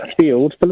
field